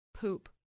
Poop